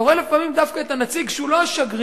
אתה רואה לפעמים דווקא את הנציג שהוא לא השגריר,